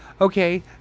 okay